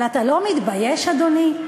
אבל אתה לא מתבייש, אדוני?